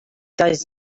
does